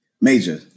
major